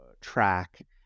track